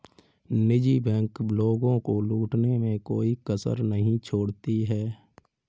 निजी बैंक लोगों को लूटने में कोई कसर नहीं छोड़ती है